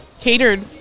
catered